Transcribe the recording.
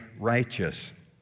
righteous